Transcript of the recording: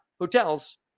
hotels